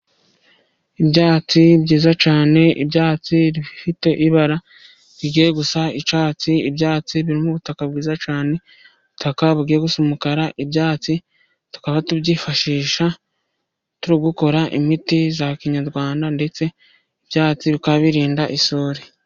Ibyatsi byiza cyane ibyatsi bifite ibara rigiye gusa icyatsi, ibyatsi birimo ubutaka bwiza cyane, ubutaka busa umukara, ibyatsi tukaba tubyifashisha turi gukora imiti ya kinyarwanda ndetse n'ibyatsi bikaba birinda isuri.